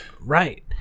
right